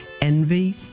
envy